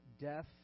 death